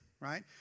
Right